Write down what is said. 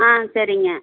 ஆ சரிங்க